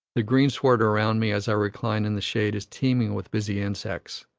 the greensward around me as i recline in the shade is teeming with busy insects,